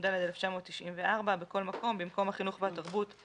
מס' 11) (החלפת ועדת הכנסת המוסמכת לעניין החוק),